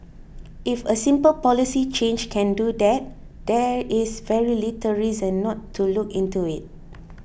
if a simple policy change can do that there is very little reason not to look into it